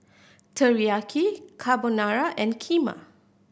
Teriyaki Carbonara and Kheema